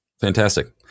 Fantastic